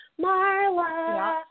Marla